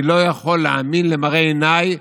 אני לא יכול להאמין למראה עיניי,